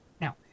Now